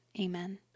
Amen